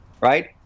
right